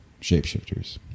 shapeshifters